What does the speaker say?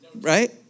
right